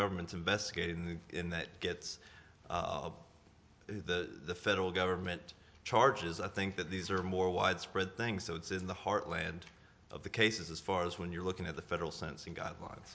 government investigate in the in that gets the federal government charges i think that these are more widespread things so it's in the heartland of the cases as far as when you're looking at the federal sentencing guidelines